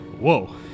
Whoa